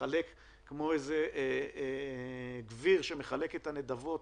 שמתנהג כמו איזה גביר שמחלק נדבות